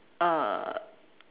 uh